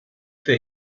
für